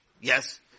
Yes